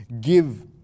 give